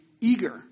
eager